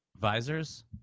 visors